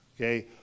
Okay